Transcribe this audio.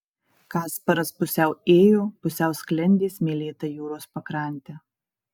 kasparas pusiau ėjo pusiau sklendė smėlėta jūros pakrante